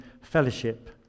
fellowship